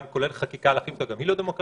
כולל זה שחקיקה להחליף אותן היא גם לא דמוקרטית.